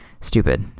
stupid